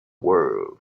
world